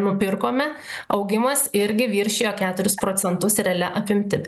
nupirkome augimas irgi viršijo keturis procentus realia apimtim